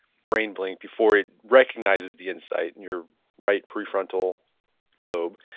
brain blink before it recognizes the insight. and your right prefrontal lobe.